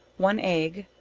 one egg,